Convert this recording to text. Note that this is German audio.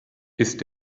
ist